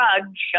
drugs